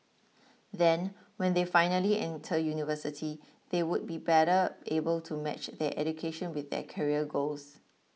then when they finally enter university they would be better able to match their education with their career goals